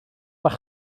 bach